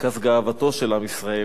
מרכז גאוותו של עם ישראל,